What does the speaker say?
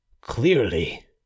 clearly